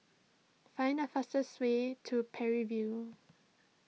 find the fastest way to Parry View